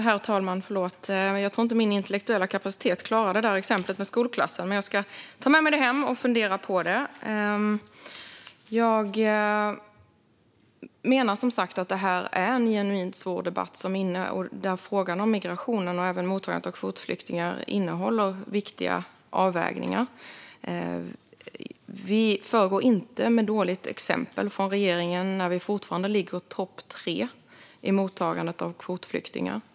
Herr talman! Jag tror inte att min intellektuella kapacitet klarar det där exemplet med skolklassen. Men jag ska ta med mig det hem och fundera på det. Jag menar som sagt att det här är en genuint svår debatt. Frågan om migrationen och mottagandet av kvotflyktingar innehåller viktiga avvägningar. Vi föregår inte med dåligt exempel från regeringen när vi fortfarande ligger topp tre i mottagandet av kvotflyktingar.